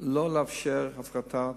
שלא לאפשר הפרטה